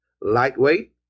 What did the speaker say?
lightweight